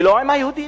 ולא עם היהודים.